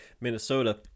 minnesota